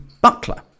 Butler